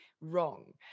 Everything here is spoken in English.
wrong